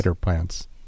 plants